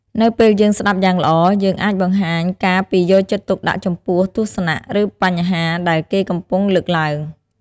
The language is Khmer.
នៅពេលយើងស្តាប់យ៉ាងល្អ យើងអាចបង្ហាញការពីយកចិត្តទុកដាក់ចំពោះទស្សនៈ ឬបញ្ហាដែលគេកំពុងលើកឡើង។